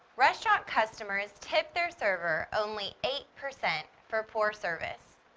restaurant customers tip their server only eight percent for poor service.